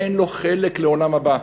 אין לו חלק לעולם הבא.